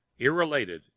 irrelated